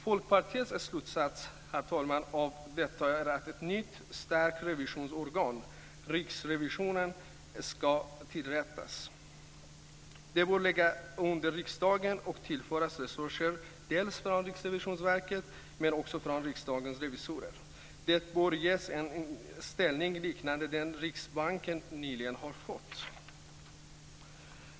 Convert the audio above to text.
Folkpartiets slutsats när det gäller detta är att ett nytt starkt revisionsorgan, riksrevisionen, ska inrättas. Det bör ligga under riksdagen och tillföras resurser från Riksrevisionsverket men också från Riksdagens revisorer. Det bör ges en ställning liknande den som Riksbanken nyligen har fått.